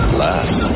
last